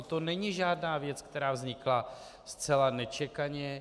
To není žádná věc, která vznikla zcela nečekaně.